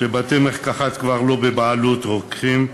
שבתי-מרקחת כבר לא בבעלות רוקחים,